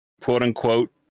quote-unquote